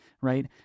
right